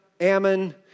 Ammon